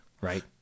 right